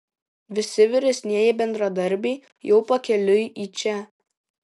visi vyresnieji bendradarbiai jau pakeliui į čia